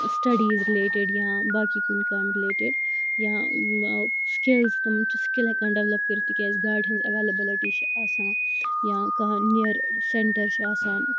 studies related یا باقٕے کُنہِ کٲمہِ رِلیٹِڈ یا سِکِلٕز تِم چھِ سِکِل ہیٚکان ڈیٚولَپ کٔرِتھ تِکِیازِ گاڑِ ہِنٛز ایٚولیبٕلٹی چھِ آسان یا کانٛہہ نِیَر سیٚنٹَر چھِ آسان